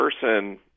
person